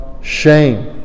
shame